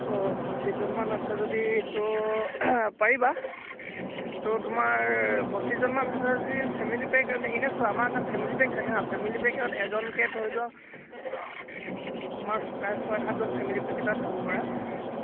অঁ পঁচিছজনমান আছো যদি ত' পাৰিবা ত' তোমাৰ পঁচিছজনমান আছা যদি ফেমিলি পেক এ এনেই চোৱা আমাৰ ফেমিলি পেক থাকে হা ফেমিলি পেকত এজনকৈ ধৰি লোৱা তোমাৰ প্ৰায় ছয় সাতজন ফেমিলি পেক এটাত যাব পাৰা